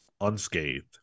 unscathed